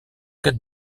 quête